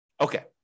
Okay